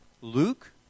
Luke